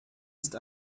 ist